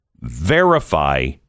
verify